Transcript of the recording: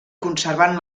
conservant